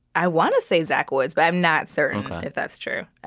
i want to say zach woods, but i'm not certain if that's true.